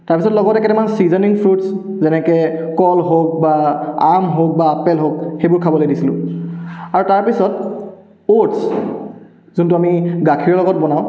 তাৰপিছত লগতে কেটামান ছিজনিং ফ্ৰুটছ যেনেকৈ কল হওঁক বা আম হওঁক বা আপেল হওঁক সেইবোৰ খাবলৈ দিছিলোঁ আৰু তাৰপিছত অ'টছ যোনটো আমি গাখীৰৰ লগত বনাওঁ